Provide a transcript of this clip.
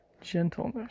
gentleness